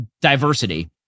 diversity